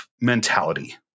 mentality